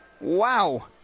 Wow